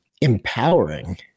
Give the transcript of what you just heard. empowering